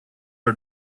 are